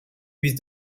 with